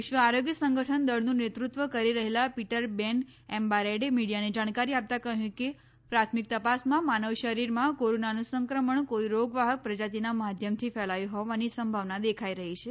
વિશ્વ આરોગ્ય સંગઠન દળનું નેતૃત્વ કરી રહેલા પીટર બેન એમ્બારેડે મીડીયાને જાણકારી આપતા કહ્યું કે પ્રાથમિક તપાસમાં માનવ શરીરમાં કોરોનાનું સંક્રમણ કોઈ રોગવાહક પ્રજાતિના માધ્યમથી ફેલાયું હોવાની સંભાવના દેખાઈ રહી છે